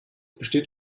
besteht